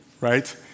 right